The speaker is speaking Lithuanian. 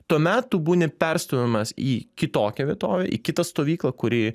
tuomet tu būni perstūmiamas į kitokią vietovę į kitą stovyklą kuri